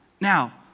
Now